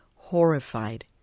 Horrified